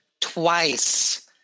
twice